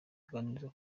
kuganirizwa